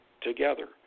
together